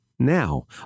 now